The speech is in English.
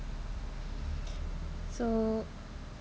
so